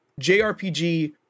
JRPG